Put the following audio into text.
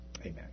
Amen